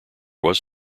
was